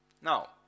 now